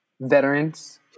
veterans